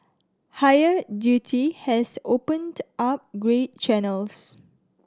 higher duty has opened up grey channels